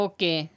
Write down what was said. Okay